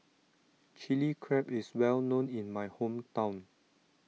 Chilli Crab is well known in my hometown